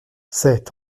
c’est